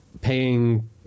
paying